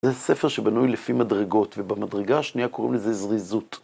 זה ספר שבנוי לפי מדרגות, ובמדרגה השנייה קוראים לזה זריזות.